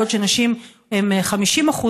בעוד נשים הן 50%,